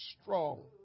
strong